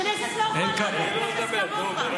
הכנסת לא יכולה לאבד חבר כנסת כמוך.